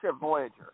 Voyager